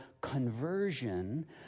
conversion